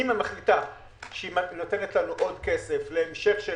אם המדינה מחליטה שהיא נותנת לנו עוד כסף להמשך של